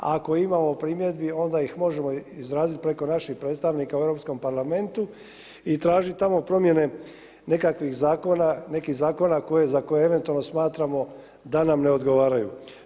Ako imamo primjedbi onda ih možemo izraziti preko naših predstavnika u Europskom parlamentu i tražiti tamo promjene nekih zakona za koje eventualno smatramo da nam ne odgovaraju.